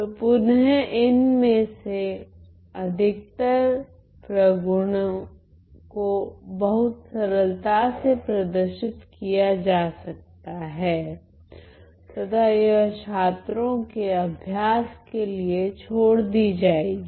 तो पुनः इन में से अधिकतर प्रगुणों को बहुत सरलता से प्रदर्शित कीया जा सकता है तथा यह छात्रों के अभ्यास के लिए छोड़ दी जाएगी